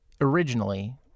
Originally